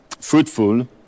fruitful